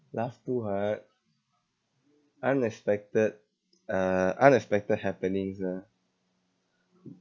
laughed too hard unexpected uh unexpected happenings ah